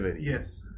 Yes